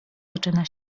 zaczyna